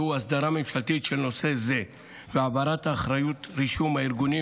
והוא אסדרה ממשלתית של נושא זה והעברת אחריות לרישום הארגונים